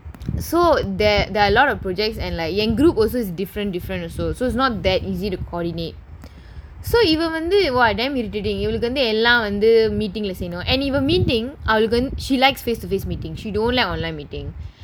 so there there are a lot of projects and like in group also is different different also so it's not that easy to coordinate so இவ வந்து:iva vanthu !wah! damn irritating இவளுக்கு வந்து எல்லாம் வந்து:ivalukku vanthu ellaam vanthu meeting leh செய்யணும்:seyyanum and இவ:iva meeting அவளுக்கு வந்து:avalukku vanthu she likes face to face meeting she don't like online meeting